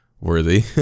worthy